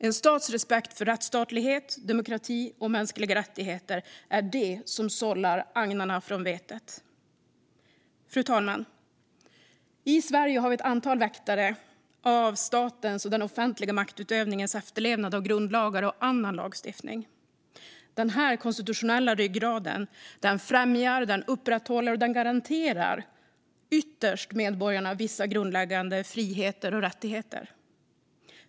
En stats respekt för rättsstatlighet, demokrati och mänskliga rättigheter är det som sållar agnarna från vetet. Fru talman! I Sverige har vi ett antal väktare av statens och den offentliga maktutövningens efterlevnad av grundlagar och annan lagstiftning. Denna konstitutionella ryggrad främjar, upprätthåller och garanterar ytterst medborgarna vissa grundläggande friheter och rättigheter.